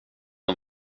och